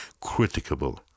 criticable